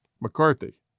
McCarthy